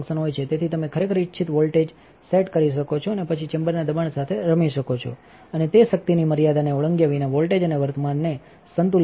તેથી તમે ખરેખર ઇચ્છિત વattટેજ સેટ કરી શકો છો અને પછી ચેમ્બરના દબાણ સાથે રમી શકો છો અને તે શક્તિની મર્યાદાને ઓળંગ્યા વિના વોલ્ટેજ અને વર્તમાનને સંતુલિત કરશે